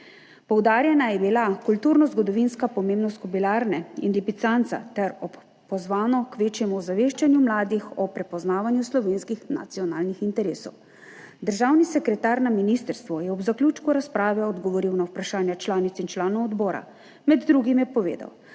Poudarjena je bila kulturnozgodovinska pomembnost kobilarne in lipicanca ter pozvano k večjemu ozaveščanju mladih o prepoznavanju slovenskih nacionalnih interesov. Državni sekretar na ministrstvu je ob zaključku razprave odgovoril na vprašanja članic in članov odbora. Med drugim je povedal,